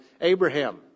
Abraham